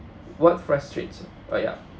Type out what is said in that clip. what frustrates oh ya